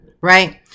right